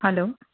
hello